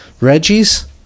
Reggie's